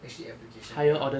actually application